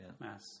mass